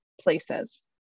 places